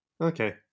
Okay